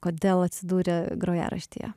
kodėl atsidūrė grojaraštyje